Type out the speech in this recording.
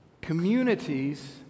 Communities